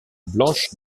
blanche